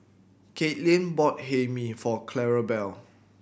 Caitlyn bought Hae Mee for Clarabelle